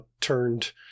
turned